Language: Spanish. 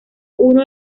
uno